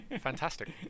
Fantastic